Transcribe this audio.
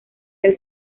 del